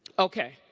okay.